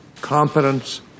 competence